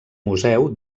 museu